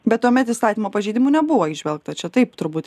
bet tuomet įstatymo pažeidimų nebuvo įžvelgta čia taip turbūt